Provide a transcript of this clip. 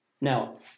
now